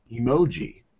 emoji